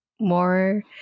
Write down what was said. more